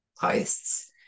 posts